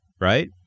right